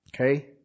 Okay